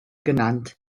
genannt